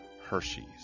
Hershey's